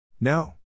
No